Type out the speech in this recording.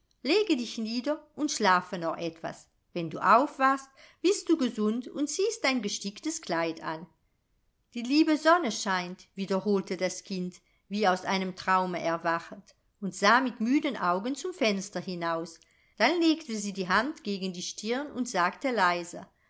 lege dich nieder und schlafe noch etwas wenn du aufwachst bist du gesund und ziehst dein gesticktes kleid an die liebe sonn scheint wiederholte das kind wie aus einem traume erwachend und sah mit müden augen zum fenster hinaus dann legte sie die hand gegen die stirn und sagte leise